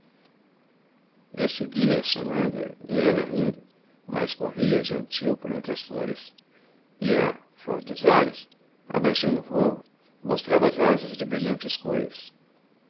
eu segui-a chamando a e ela rindo mais corria gentil por entre as flores e a flor dos ares abaixando o vôo mostrava as asas de brilhantes cores